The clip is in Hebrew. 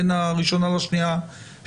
בין הראשונה לבין השנייה והשלישית.